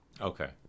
Okay